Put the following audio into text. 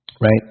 right